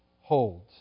holds